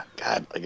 God